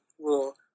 rule